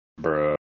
Bro